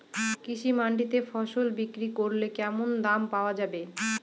কৃষি মান্ডিতে ফসল বিক্রি করলে কেমন দাম পাওয়া যাবে?